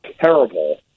terrible